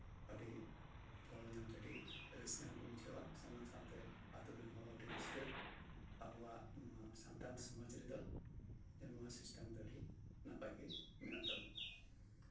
ᱟᱹᱰᱤ ᱜᱚᱲᱚ ᱧᱟᱢ ᱠᱟᱛᱮ ᱨᱟᱹᱥᱠᱟᱹ ᱦᱚᱸᱠᱚ ᱵᱩᱡᱷᱟᱹᱣᱟ ᱥᱮ ᱚᱱᱟ ᱥᱟᱶᱛᱮ ᱟᱹᱛᱳ ᱨᱮᱱ ᱦᱚᱲ ᱦᱚᱸ ᱟᱹᱰᱤ ᱨᱟᱹᱥᱠᱟᱹ ᱟᱵᱚᱣᱟᱜ ᱱᱚᱶᱟ ᱥᱟᱱᱛᱟᱞ ᱥᱚᱢᱟᱡᱽ ᱨᱮᱫᱚ ᱱᱚᱶᱟ ᱥᱤᱥᱴᱮᱢ ᱫᱮ ᱟᱹᱰᱤ ᱱᱟᱯᱟᱭ ᱜᱮ ᱢᱮᱱᱟᱜ ᱛᱟᱵᱚᱱᱟ